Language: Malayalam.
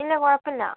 ഇല്ലാ കുഴപ്പമില്ല